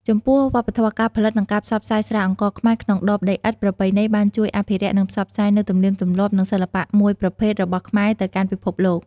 ចំពោះវប្បធម៌ ការផលិត និងការផ្សព្វផ្សាយស្រាអង្ករខ្មែរក្នុងដបដីឥដ្ឋប្រពៃណីបានជួយ អភិរក្ស និងផ្សព្វផ្សាយ នូវទំនៀមទម្លាប់ និងសិល្បៈមួយប្រភេទរបស់ខ្មែរទៅកាន់ពិភពលោក។